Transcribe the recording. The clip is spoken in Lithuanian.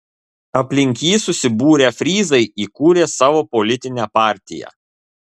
aplink jį susibūrę fryzai įkūrė savo politinę partiją